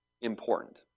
important